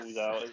out